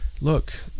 look